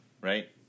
Right